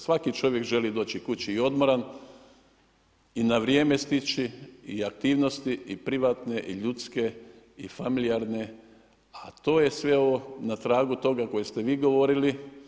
Svaki čovjek želi doći kući odmoran i na vrijeme stići i aktivnosti i privatne i ljudske i familijarne, a to je sve ovo na tragu toga koje ste vi govorili.